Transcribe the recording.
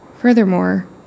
Furthermore